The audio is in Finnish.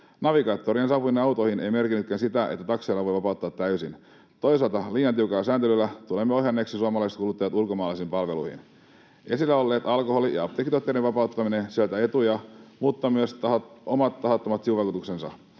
Navigaattorien saapuminen autoihin ei merkinnytkään sitä, että takseja voi vapauttaa täysin. Toisaalta liian tiukalla sääntelyllä tulemme ohjanneeksi suomalaiskuluttajat ulkomaalaisiin palveluihin. Esillä ollut alkoholi- ja apteekkituotteiden vapauttaminen sisältää etuja mutta myös omat tahattomat sivuvaikutuksensa.